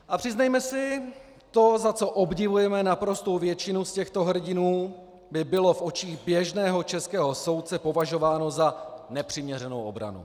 A přiznejme si, že to, za co obdivujeme naprostou většinu z těchto hrdinů, by bylo v očích běžného českého soudce považováno za nepřiměřenou obranu.